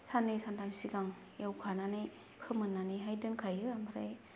सान्नै सानथाम सिगां एवखानानै फोमोन्नानैहाय दोनखायो ओमफ्राय